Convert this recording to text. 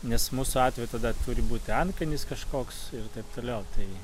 nes mūsų atveju tada turi būti antkainis kažkoks ir taip toliau tai